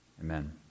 Amen